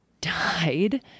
died